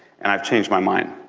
and i've changed my mind.